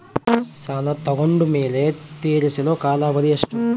ಸಾಲ ತಗೊಂಡು ಮೇಲೆ ತೇರಿಸಲು ಕಾಲಾವಧಿ ಎಷ್ಟು?